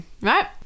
right